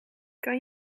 kan